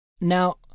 Now